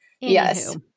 Yes